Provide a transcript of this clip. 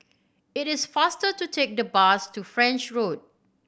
it is faster to take the bus to French Road